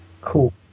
Cool